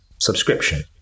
Subscription